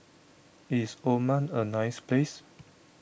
is Oman a nice place